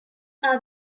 are